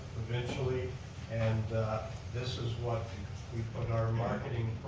provincially and this is what we put our marketing